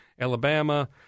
Alabama